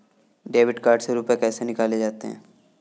Debit card से रुपये कैसे निकाले जाते हैं?